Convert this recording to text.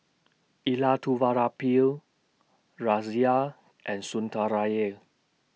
Elattuvalapil Razia and Sundaraiah